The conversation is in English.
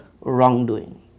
wrongdoing